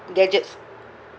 gadgets